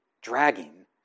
dragging